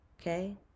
Okay